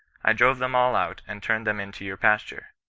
i drove them all out, and turned them into your pasture.